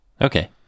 Okay